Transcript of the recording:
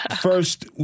first